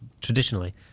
traditionally